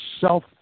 self